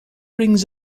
rings